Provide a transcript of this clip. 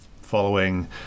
following